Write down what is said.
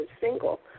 single